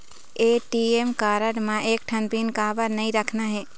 ATM card म एक ठन पिन काबर नई रखना हे?